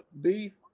beef